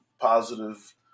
positive